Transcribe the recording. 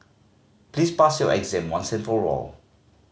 please pass your exam once and for all